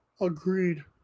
Agreed